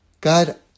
God